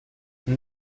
kann